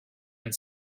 and